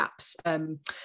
apps